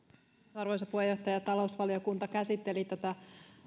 arvoisa puheenjohtaja talousvaliokunta käsitteli tätä